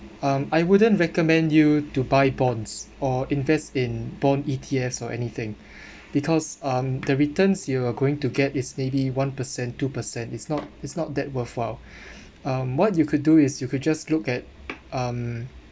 um I wouldn't recommend you to buy bonds or invest in bonds E_T_F or anything because um the returns you are going to get is maybe one percent two percent it's not it's not that worthwhile um what you could do is you could just look at um